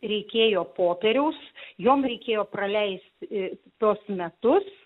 reikėjo popieriaus joms reikėjo praleisti tuos metus